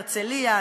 הרצליה,